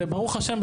ברוך השם,